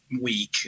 week